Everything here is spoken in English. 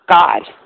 God